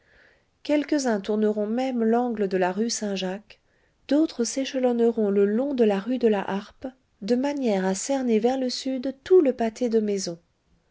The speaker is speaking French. quelques-uns tourneront même l'angle de la rue saint-jacques d'autres s'échelonneront le long de la rue de la harpe de manière à cerner vers le sud tout le pâté de maisons